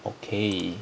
okay